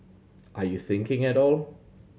are you thinking at all